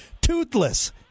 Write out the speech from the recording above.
toothless